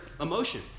emotion